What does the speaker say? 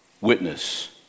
witness